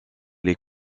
les